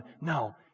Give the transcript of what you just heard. No